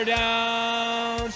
down